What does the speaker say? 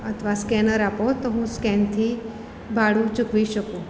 અથવા સ્કેનર આપો તો હું સ્કેનથી ભાડું ચૂકવી શકું